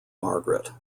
margaret